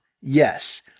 Yes